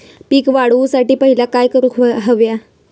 पीक वाढवुसाठी पहिला काय करूक हव्या?